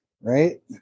right